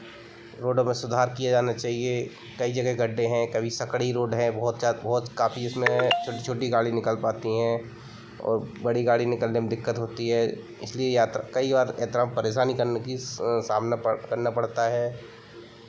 road में सुधार किया जाना चाहिए कई जगह गड्ढे हैं कभी संकरी रोड है बहुत ज्या बहुत काफी इसमें छोटी छोटी गाड़ी निकल पाती हैं और बड़ी गाड़ी निकलने में दिक्कत होती है इसलिए यात कई बार यात्रा में परेशानी करने की सामना करना पड़ता है